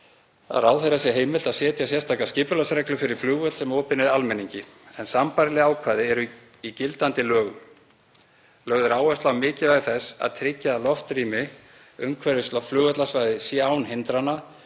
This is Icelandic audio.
að ráðherra sé heimilt að setja sérstakar skipulagsreglur fyrir flugvöll sem opinn er almenningi en sambærileg ákvæði eru í gildandi lögum. Lögð er áhersla á mikilvægi þess að tryggja að loftrými umhverfis flugvallarsvæði sé án hindrana,